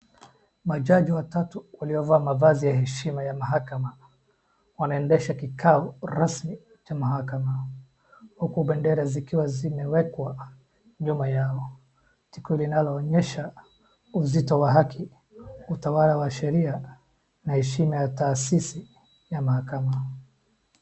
Majaji watatu waliovaa mavazi ya heshima ya mahakama wanaendesha kikao rasmi cha mahakama huku bendera zikiwa zimewekwa nyuma yao, tukio linaloonyesha uzito wa haki, utawala wa sheria, na heshima ya taasisi ya mahakama.